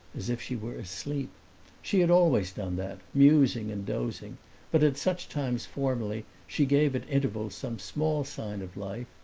as if she were asleep she had always done that, musing and dozing but at such times formerly she gave at intervals some small sign of life,